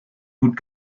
gut